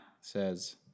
says